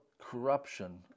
corruption